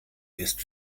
erst